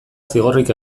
zigorrik